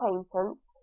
acquaintance